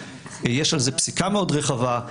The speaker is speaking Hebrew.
יש על זה פסיקה מאוד רחבה.